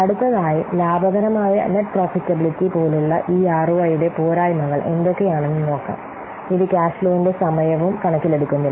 അടുത്തതായി ലാഭകരമായ net profitability പോലുള്ള ഈ ആർഒഐ യുടെ പോരായ്മകൾ എന്തൊക്കെയാണെന്ന് നോക്കാം ഇത് ക്യാഷ് ഫ്ലോവിന്റെ സമയവും കണക്കിലെടുക്കുന്നില്ല